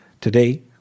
today